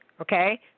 Okay